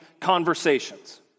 conversations